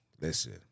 listen